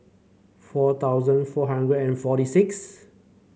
four thousand four hundred and forty six